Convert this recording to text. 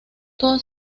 toda